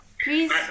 please